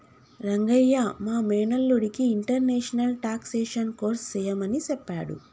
రంగయ్య మా మేనల్లుడికి international taxation course సెయ్యమని సెప్పాడు